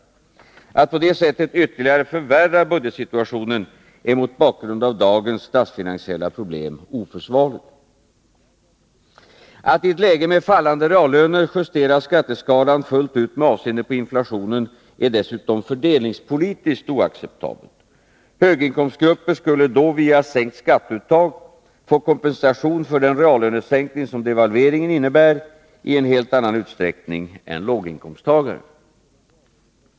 Att på det sättet ytterligare förvärra budgetsituationen är mot bakgrund av dagens statsfinansiella problem oförsvarligt. Att i ett läge med fallande reallöner justera skatteskalan fullt ut med avseende på inflationen är dessutom fördelningspolitiskt oacceptabelt. Höginkomstgrupper skulle då, via sänkt skatteuttag, få kompensation för den reallönesänkning som devalveringen innebär i en helt annan utsträckning än låginkomsttagare.